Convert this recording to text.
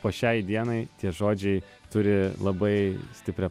po šiai dienai tie žodžiai turi labai stiprią